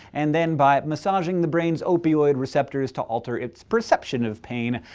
and then by massaging the brain's opioid receptors to alter its perception of pain,